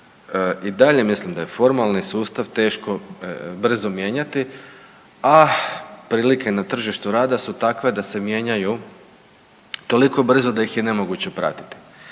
I dalje mislim daje formalni sustav teško brzo mijenjati, a prilike na tržištu rada su takve da se mijenjaju toliko brzo da ih je nemoguće pratiti.